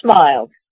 smiled